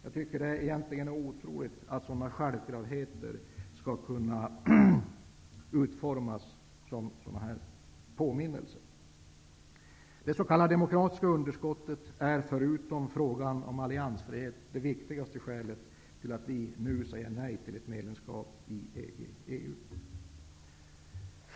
Egentligen är det, tycker jag, otroligt att sådana självklarheter skall kunna utformas som påminnelser av det här slaget. Det s.k. demokratiska underskottet är, förutom frågan om alliansfriheten, det viktigaste skälet till att vi nu säger nej till ett medlemskap i EG/EU.